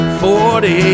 forty